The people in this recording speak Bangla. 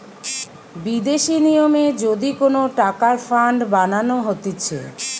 বিদেশি নিয়মে যদি কোন টাকার ফান্ড বানানো হতিছে